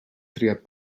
triat